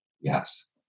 yes